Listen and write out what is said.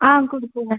ஆ கொடுக்குறேன்